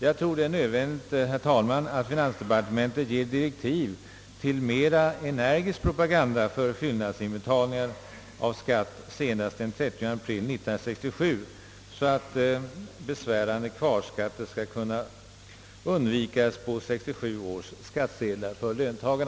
Jag tror det är nödvändigt, herr talman, att finansdepartementet ger direktiv om mera energisk propaganda för fyllnadsinbetalningar av skatt senast den 30 april 1967, så att löntagarna kan undvika besvärande kvarskatter på 1967 års slutskattesedlar.